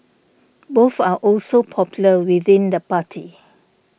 both are also popular within the party